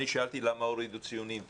אני שאלתי למה הורידו ציונים,